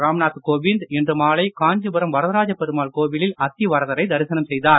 ராம்நாத் கோவிந்த் இன்று மாலை காஞ்சிபுரம் வரதராஜ பெருமாள் கோவிலில் அத்திவரதரை தரிசனம் செய்தார்